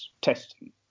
testing